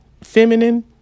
feminine